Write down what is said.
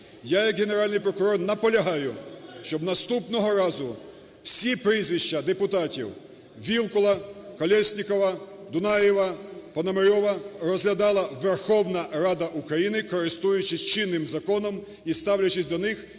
Я як Генеральний прокурор наполягаю, щоб наступного разу всі прізвища депутатів Вілкула, Колєснікова, Дунаєва, Пономарьова розглядала Верховна Рада України, користуючись чинним законом і ставлячись до них